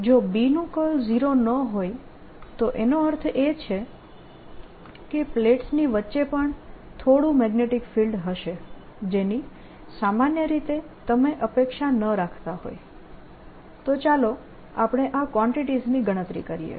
જો B નું curl 0 ન હોય તો તેનો અર્થ એ છે કે પ્લેટસની વચ્ચે પણ થોડું મેગ્નેટીક ફિલ્ડ હશે જેની સામાન્ય રીતે તમે અપેક્ષા ન રાખતા હોય તો ચાલો આપણે આ કવાંટીટીઝની ગણતરી કરીએ